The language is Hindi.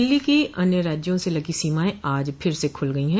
दिल्ली की अन्य राज्यों से लगी सीमाएं आज फिर से खुल गई हैं